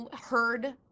heard